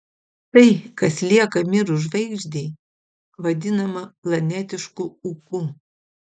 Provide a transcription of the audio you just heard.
tai kas lieka mirus žvaigždei vadinama planetišku ūku